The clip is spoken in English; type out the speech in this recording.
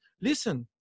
listen